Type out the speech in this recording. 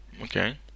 Okay